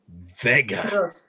Vega